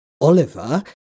Oliver